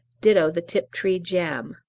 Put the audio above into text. ditto the tiptree jam.